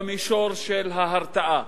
במישור של ההרתעה.